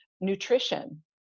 nutrition